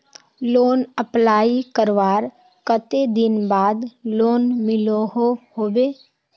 Loan apply करवार कते दिन बाद लोन मिलोहो होबे?